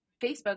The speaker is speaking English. Facebook